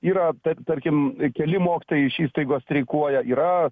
yra ta tarkim keli mokytojai iš įstaigos streikuoja yra